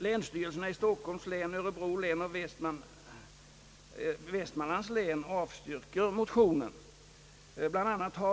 Länsstyrelserna i Stockholms, örebro och Västmanlands län avstyrker motionen.